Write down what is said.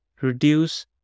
reduce